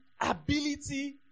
ability